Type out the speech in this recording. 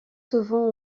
souvent